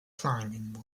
climbing